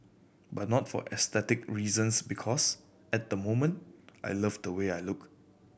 but not for aesthetic reasons because at the moment I love the way I look